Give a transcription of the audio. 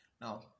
Now